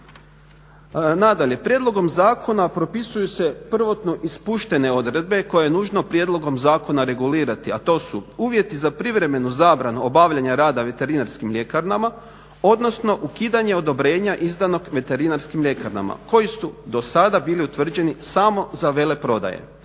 Nadalje, prijedlogom zakona propisuju se prvotno ispuštene odredbe koje je nužno prijedlogom zakona regulirati, a to su uvjeti za privremenu zabranu obavljanja rada veterinarskim ljekarnama, odnosno ukidanje odobrenja izdanog veterinarskim ljekarnama koji su do sada bili utvrđeni samo za veleprodaje.